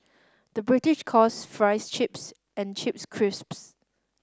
the British calls fries chips and chips crisps